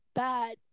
bad